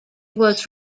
was